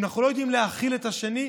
אם אנחנו לא יודעים להכיל את השני,